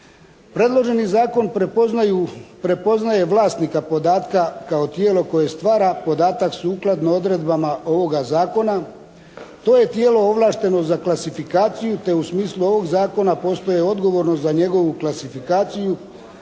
Predloženi Zakon prepoznaje vlasnika podatka kao tijelo koje stvara podatak sukladno odredbama ovoga Zakona. To je tijelo ovlašteno za klasifikaciju te u smislu ovog Zakona postaje odgovorno za njegovu klasifikaciju,